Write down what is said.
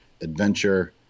adventure